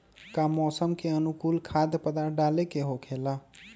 का मौसम के अनुकूल खाद्य पदार्थ डाले के होखेला?